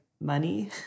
money